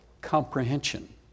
comprehension